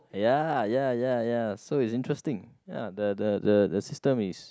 ya ya ya ya so is interesting ya the the the the system is